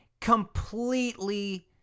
completely